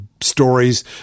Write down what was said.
stories